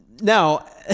now